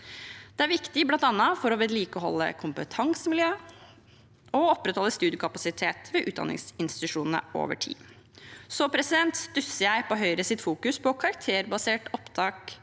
Det er viktig, bl.a. for å vedlikeholde kompetansemiljø og opprettholde studiekapasitet ved utdanningsinstitusjonene over tid. Så stusser jeg på Høyres fokusering på karakteropptak